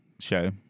show